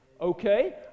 Okay